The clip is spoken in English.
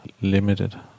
limited